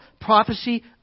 prophecy